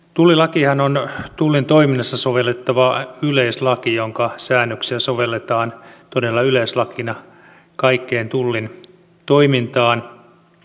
tullilakihan on tullin toiminnassa sovellettava yleislaki jonka säännöksiä sovelletaan todella yleislakina kaikkeen tullin toimintaan